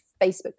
facebook